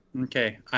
Okay